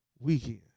weekend